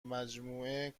مجموعه